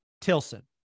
Tilson